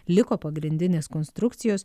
liko pagrindinės konstrukcijos